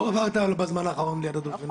לא עברת בזמן האחרון ליד הדולפינריום.